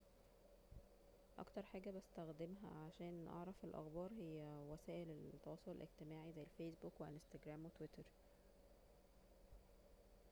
اكتر حاجة بستخدمها علشان اعرف الاخبار هي وسائل التواصل الاجتماعي زي الفيسبوك وانستاجرام وتويتر